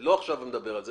לא עכשיו נדבר על זה.